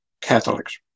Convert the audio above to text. Catholics